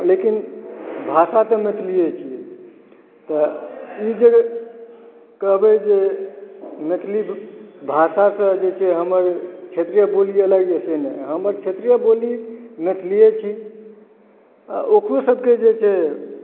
लेकिन भाषा तऽ मैथलिए छियै तऽ ई जे कहबै जे मैथिली भाषासँ जे छै हमर क्षेत्रिय बोली अलग यऽ से नहि हमर क्षेत्रिय बोली मैथलिए छी आ ओकरो सबकेँ जे छै